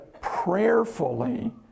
prayerfully